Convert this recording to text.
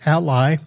Ally